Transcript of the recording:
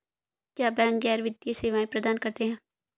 क्या बैंक गैर वित्तीय सेवाएं प्रदान करते हैं?